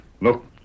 Look